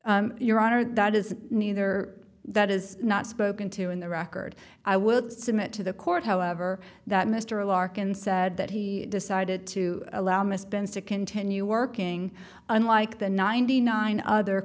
t your honor that is neither that is not spoken to in the record i would submit to the court however that mr larkin said that he decided to allow misspend to continue working unlike the ninety nine other